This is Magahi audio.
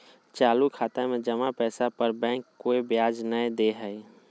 चालू खाता में जमा पैसा पर बैंक कोय ब्याज नय दे हइ